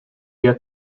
get